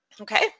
Okay